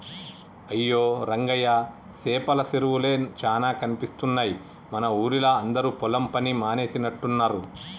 అయ్యో రంగయ్య సేపల సెరువులే చానా కనిపిస్తున్నాయి మన ఊరిలా అందరు పొలం పని మానేసినట్టున్నరు